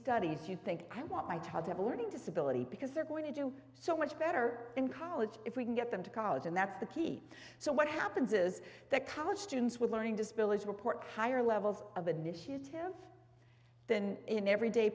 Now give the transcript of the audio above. studies you think i want my target learning disability because they're going to do so much better in college if we can get them to college and that's the key so what happens is that college students with learning disabilities report higher levels of an issue to him than in every day